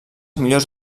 millors